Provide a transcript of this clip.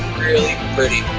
really pretty.